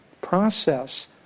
process